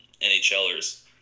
NHLers